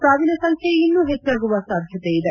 ಸಾವಿನ ಸಂಖ್ಯೆ ಇನ್ನೂ ಹೆಚ್ಚಾಗುವ ಸಾಧ್ಯತೆ ಇದೆ